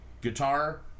guitar